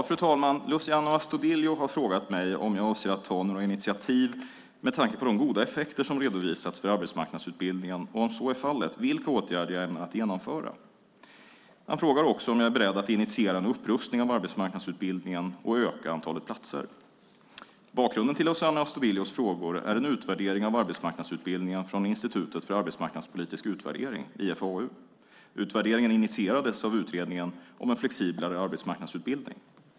Fru talman! Luciano Astudillo har frågat mig om jag avser att ta några initiativ med tanke på de goda effekter som redovisats för arbetsmarknadsutbildningen och om så är fallet vilka åtgärder jag ämnar genomföra. Han frågar också om jag är beredd att initiera en upprustning av arbetsmarknadsutbildningen och öka antalet platser. Bakgrunden till Luciano Astudillos frågor är en utvärdering av arbetsmarknadsutbildningen från Institutet för arbetsmarknadspolitisk utvärdering, IFAU. Utvärderingen initierades av Utredningen om en flexiblare arbetsmarknadsutbildning.